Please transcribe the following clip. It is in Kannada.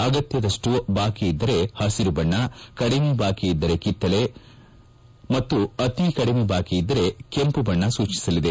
ಆಗತ್ಯದಷ್ಟು ಬಾಕಿಇದ್ದರೆ ಪಸಿರು ಬಣ್ಣ ಕಡಿಮೆ ಬಾಕಿ ಇದ್ದರೆ ಕಿತ್ತಳೆ ಬಣ್ಣ ಮತ್ತು ಅತಿ ಕಡಿಮೆ ಬಾಕಿ ಇದ್ದರೆ ಕೆಂಮ ಬಣ್ಣ ಸೂಚಿಸಲಿದೆ